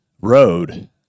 road